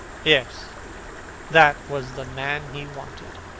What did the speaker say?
yes that was the man he wanted.